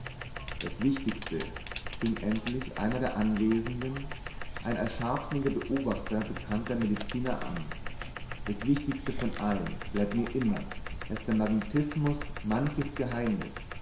das wichtigste fing endlich einer der anwesenden ein als scharfsinniger beobachter bekannter mediziner an das wichtigste von allem bleibt mir immer daß der magnetismus manches geheimnis